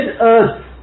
earth